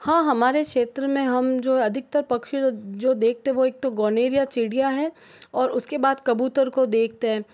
हाँ हमारे क्षेत्र में हम जो अधिकतर पक्षी जो देखते हैं वह एक तो गोनेरिया चिड़िया है और उसके बाद कबूतर को देखते हैं